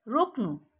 रोक्नु